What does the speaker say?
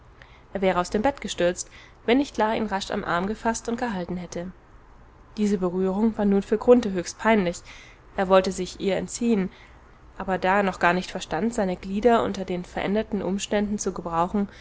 er wäre aus dem bett gestürzt wenn nicht la ihn rasch am arm gefaßt und gehalten hätte diese berührung war nun für grunthe höchst peinlich er wollte sich ihr entziehen aber da er noch gar nicht verstand seine glieder unter den veränderten umständen zu gebrauchen